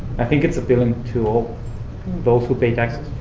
i think it's appealing to all those who pay taxes.